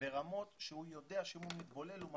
ברמות שהוא יודע שאם הוא מתבולל הוא מפסיד.